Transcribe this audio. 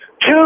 two